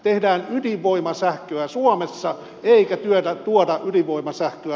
tehdään ydinvoimasähköä suomessa eikä tuoda ydinvoimasähköä ulkomailta